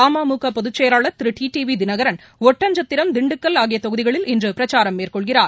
அமுமகபொதுச்செயலாளர் திரு D டிவிதினகரன் Oddanchatram Dindigul ஆகியதொகுதிகளில் இன்றுபிரச்சாரம் மேற்கொள்கிறார்